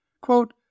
Quote